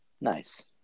Nice